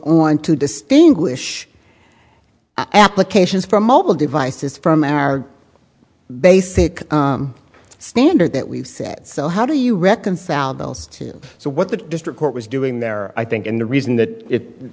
t to distinguish applications from mobile devices from our basic standard that we've set so how do you reconcile those two so what the district court was doing there i think and the reason that